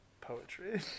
poetry